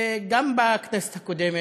גם בכנסת הקודמת,